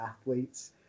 athletes